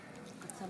זאב